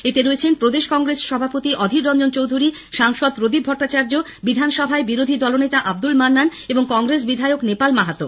এতে রয়েছেন প্রদেশ কংগ্রেস সভাপতি অধীর রঞ্জন চৌধুরী সাংসদ প্রদীপ ভট্টাচার্য বিধান সভায় বিরোধী দলনেতা আব্দুল মান্নান এবং কংগ্রেস বিধায়ক নেপাল মাহাতো